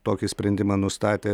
tokį sprendimą nustatė